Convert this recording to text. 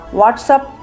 whatsapp